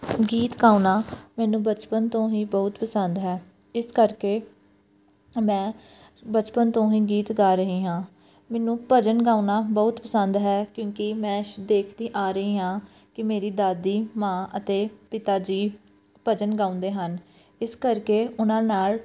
ਗੀਤ ਗਾਉਣਾ ਮੈਨੂੰ ਬਚਪਨ ਤੋਂ ਹੀ ਬਹੁਤ ਪਸੰਦ ਹੈ ਇਸ ਕਰਕੇ ਮੈਂ ਬਚਪਨ ਤੋਂ ਹੀ ਗੀਤ ਗਾ ਰਹੀ ਹਾਂ ਮੈਨੂੰ ਭਜਨ ਗਾਉਣਾ ਬਹੁਤ ਪਸੰਦ ਹੈ ਕਿਉਂਕਿ ਮੈਂ ਦੇਖਦੀ ਆ ਰਹੀ ਹਾਂ ਕਿ ਮੇਰੀ ਦਾਦੀ ਮਾਂ ਅਤੇ ਪਿਤਾ ਜੀ ਭਜਨ ਗਾਉਂਦੇ ਹਨ ਇਸ ਕਰਕੇ ਉਹਨਾਂ ਨਾਲ